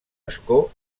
escó